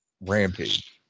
Rampage